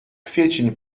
kwiecień